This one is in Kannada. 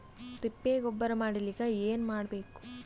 ತಿಪ್ಪೆ ಗೊಬ್ಬರ ಮಾಡಲಿಕ ಏನ್ ಮಾಡಬೇಕು?